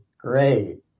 great